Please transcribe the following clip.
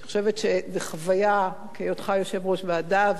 אני חושבת שזו חוויה, היותך יושב-ראש ועדה.